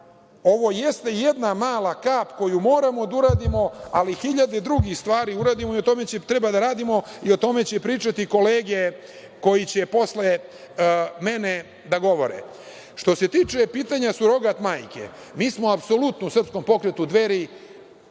ovo jeste jedna mala kap koju moramo da uradimo, ali i hiljade drugih stvari da uradimo, na tome treba da radimo i o tome će pričati kolege koji će posle mene da govore. Što se tiče pitanja surogat majke, mi apsolutno u srpskom pokretu „Dveri“